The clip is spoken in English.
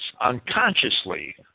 unconsciously